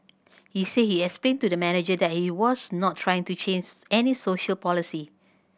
he said he explained to the manager that he was not trying to change any social policy